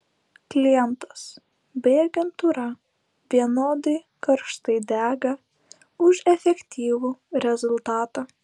klientas bei agentūra vienodai karštai dega už efektyvų rezultatą